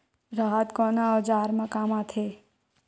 राहत कोन ह औजार मा काम आथे?